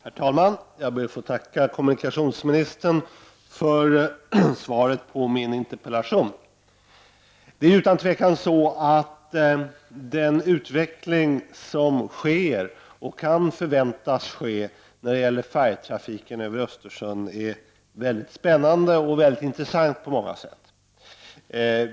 Herr talman! Jag ber att få tacka kommunikationsministern för svaret på min interpellation. Det är utan tvivel så att den utveckling som sker och kan förväntas ske när det gäller färjetrafiken över Östersjön är väldigt spännande och intressant på många sätt.